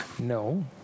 No